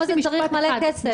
התחום הזה צריך מלא כסף.